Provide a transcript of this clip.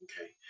Okay